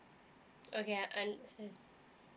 okay I understand